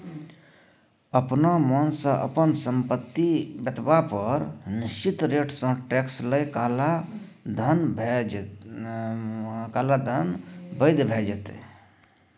अपना मोनसँ अपन संपत्ति बतेबा पर निश्चित रेटसँ टैक्स लए काला धन बैद्य भ जेतै